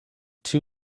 two